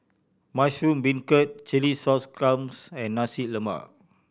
mushroom beancurd chilli sauce clams and Nasi Lemak